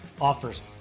offers